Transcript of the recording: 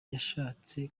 yashatse